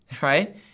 Right